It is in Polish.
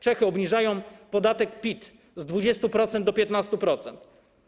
Czechy obniżają podatek PIT z 20% do 15%.